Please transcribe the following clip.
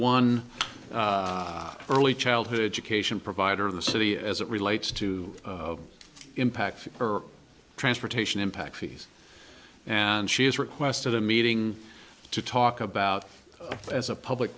one early childhood education provider in the city as it relates to impact transportation impact fees and she has requested a meeting to talk about as a public